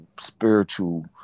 spiritual